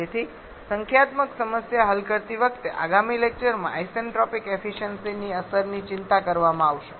તેથી સંખ્યાત્મક સમસ્યા હલ કરતી વખતે આગામી લેક્ચરમાં આઇસેન્ટ્રોપિક એફિસયન્સિની અસરની ચિંતા કરવામાં આવશે